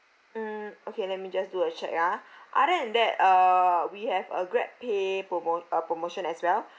mm okay let me just do a check ah other than that uh we have a grabpay promo~ uh promotion as well